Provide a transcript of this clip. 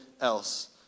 else